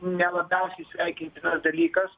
nelabiausiai sveikintinas dalykas